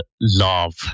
love